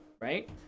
right